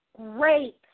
great